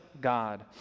God